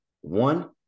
One-